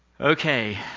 Okay